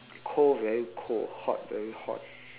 cold very cold hot very hot